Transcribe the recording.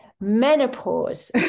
Menopause